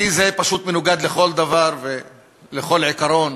כי זה פשוט מנוגד לכל דבר ולכל עיקרון.